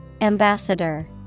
Ambassador